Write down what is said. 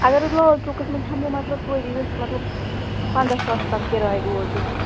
اگر حظ لال چوکس منٛز ہٮ۪مو مطلب توتہِ گَژھِ مطلب پنٛداہ ساس تام کِراے روزٕنۍ